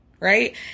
Right